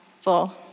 full